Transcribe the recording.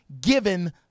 given